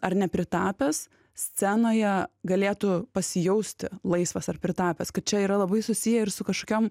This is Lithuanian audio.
ar nepritapęs scenoje galėtų pasijausti laisvas ar pritapęs kad čia yra labai susiję ir su kažkam